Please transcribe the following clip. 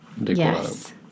Yes